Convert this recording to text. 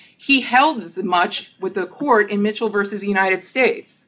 he held that much with the court in mitchell versus the united states